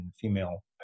female